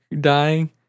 dying